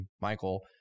Michael